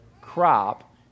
crop